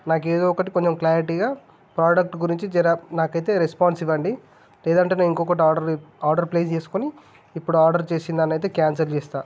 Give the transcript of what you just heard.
నాకు ఏదో ఒకటి కొంచెం క్లారిటీగా ప్రోడక్ట్ గురించి జరా నాకైతే రెస్పాన్స్ ఇవ్వండి లేదంటే నేను ఇంకొకటి ఆర్డర్ ఆర్డర్ ప్లేస్ చేసుకొని ఇప్పుడు ఆర్డర్ చేసినదాన్ని అయితే క్యాన్సల్ చేస్తా